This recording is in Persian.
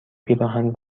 پیراهن